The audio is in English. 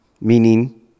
meaning